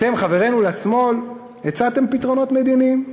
אתם, חברינו השמאל, הצעתם פתרונות מדיניים.